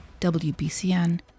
WBCN